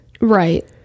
right